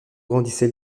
grandissait